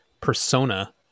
persona